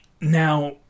Now